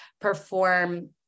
perform